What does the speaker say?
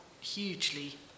hugely